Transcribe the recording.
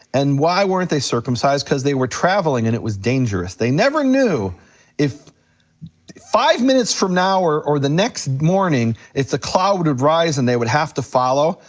and why weren't they circumcised, cause they were traveling and it was dangerous. they never knew if five minutes from now, or or the next morning, if the cloud would rise and they would have to follow,